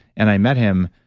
and i met him,